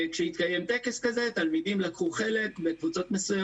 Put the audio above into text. כשהתקיים טקס כזה תלמידים לקחו חלק בטקס הזה